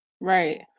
Right